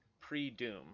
pre-Doom